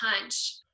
punch